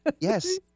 Yes